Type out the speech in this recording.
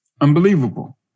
unbelievable